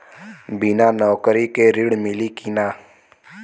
बिना नौकरी के ऋण मिली कि ना?